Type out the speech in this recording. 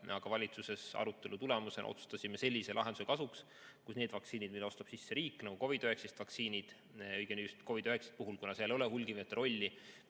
Aga valitsuses arutelu tulemusena otsustasime sellise lahenduse kasuks, kus need vaktsiinid, mida ostab sisse riik, nagu COVID‑19 vaktsiinid, õigemini COVID‑19 puhul, kuna seal ei ole hulgimüüjate rolli,